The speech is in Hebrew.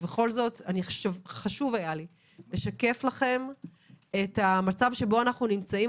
ובכל זאת חשוב היה לי לשקף לכם את המצב שבו אנחנו נמצאים.